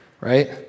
Right